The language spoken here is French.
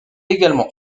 également